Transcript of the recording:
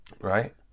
Right